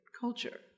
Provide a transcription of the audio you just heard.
culture